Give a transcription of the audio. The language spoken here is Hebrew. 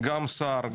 גם שר,